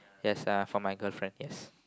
yes uh for my girlfriend yes